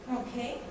okay